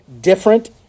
different